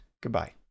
Goodbye